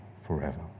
forever